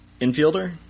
Infielder